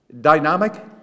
dynamic